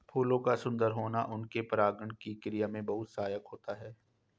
फूलों का सुंदर होना उनके परागण की क्रिया में बहुत सहायक होता है